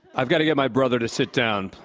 i've got to get my brother to sit down.